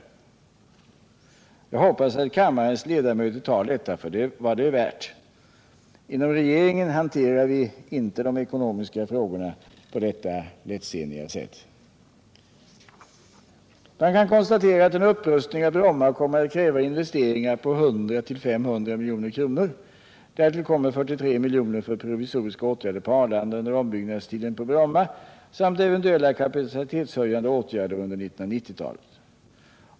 Jag hoppas att kammarens ledamöter tar detta för vad det är värt. Inom regeringen hanterar vi inte de ekonomiska frågorna på detta lättsinniga sätt. Man kan konstatera att en upprustning av Bromma kommer att kräva investeringar på 100-500 milj.kr. Därtill kommer 43 milj.kr. för provisoriska åtgärder på Arlanda under ombyggnadstiden på Bromma samt eventuella kapacitetshöjande åtgärder under 1990-talet.